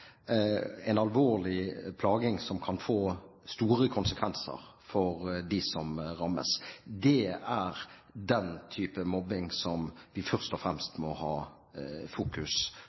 og alvorlig plaging av medmennesker – i skolen medelever – som kan få store konsekvenser for dem som rammes. Det er den type mobbing som først og fremst må være i fokus.